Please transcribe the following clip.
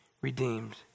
redeemed